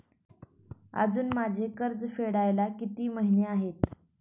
अजुन माझे कर्ज फेडायला किती महिने आहेत?